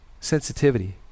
Sensitivity